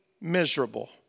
miserable